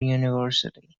university